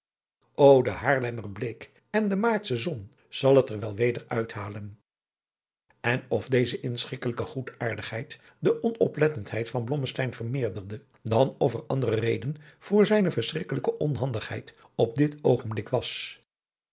de haarlemmer bleek en de maartsche zon zal het er wel weder uit halen en of deze inschikkelijke goedaardigheid de onoplettendheid van blommesteyn vermeerderde dan of er andere reden voor zijne verschrikkelijke onhandigheid op dit oogenblik was